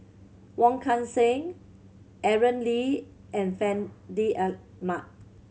Wong Kan Seng Aaron Lee and Fandi Ahmad